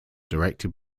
directed